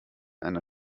einer